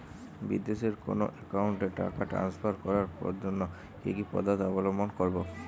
বিদেশের কোনো অ্যাকাউন্টে টাকা ট্রান্সফার করার জন্য কী কী পদ্ধতি অবলম্বন করব?